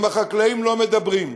עם החקלאים לא מדברים.